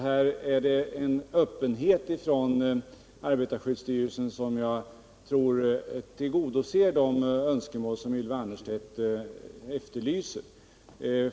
Det finns alltså en öppenhet från arbetarskyddsstyrelsens sida som jag tror tillgodoser de önskemål Ylva Annerstedt har framfört.